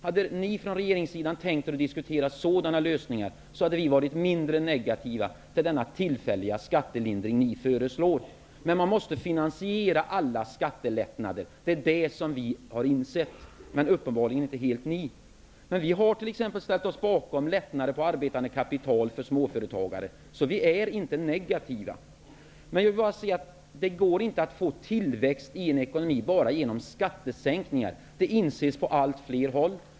Om ni i regeringen hade tänkt er att diskutera sådana lösningar hade vi varit mindre negativa till den tillfälliga skattelindring som ni föreslår. Men alla skattelättnader måste finansieras. Det har Vänsterpartiet insett. Uppenbarligen har inte regeringen det. Vänsterpartiet har exempelvis ställt sig bakom lättnader när det gäller arbetande kapital för småföretagare, så vi är inte negativa. Men det går inte att få tillväxt i en ekonomi enbart genom skattesänkningar, något som inses på allt fler håll.